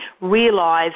realise